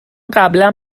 قبلا